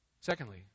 Secondly